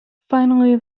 finally